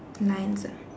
lines ah